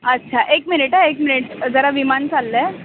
अच्छा एक मिनिट एक मिनिट जरा विमान चाललं आहे